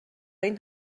این